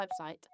website